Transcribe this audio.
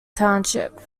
township